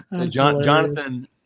Jonathan